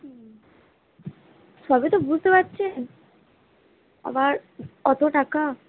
হুম সবই তো বুঝতে পারছেন আবার অত টাকা